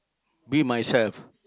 be myself